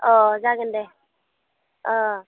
अ जागोन दे अ